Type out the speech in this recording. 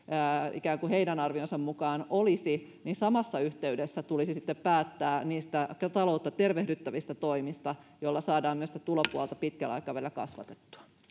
heidän arvionsa mukaan olisi niin samassa yhteydessä tulisi sitten päättää niistä taloutta tervehdyttävistä toimista joilla saadaan myös tulopuolta pitkällä aikavälillä kasvatettua